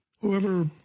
Whoever